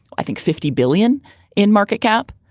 i think, fifty billion in market cap.